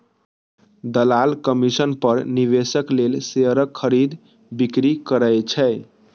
दलाल कमीशन पर निवेशक लेल शेयरक खरीद, बिक्री करै छै